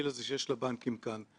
זה דבר שתמיד מעמיד אתכם